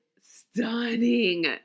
stunning